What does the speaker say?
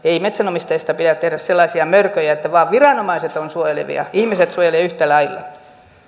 ei metsänomistajista pidä tehdä sellaisia mörköjä että vain viranomaiset ovat suojelevia ihmiset suojelevat yhtä lailla